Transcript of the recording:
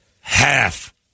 Half